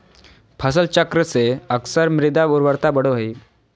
फसल चक्र से अक्सर मृदा उर्वरता बढ़ो हइ